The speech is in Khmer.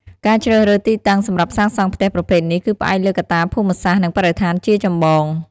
ការជ្រើសរើសទីតាំងសម្រាប់សាងសង់ផ្ទះប្រភេទនេះ គឺផ្អែកលើកត្តាភូមិសាស្ត្រ និងបរិស្ថានជាចម្បង ។